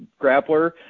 grappler